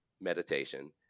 meditation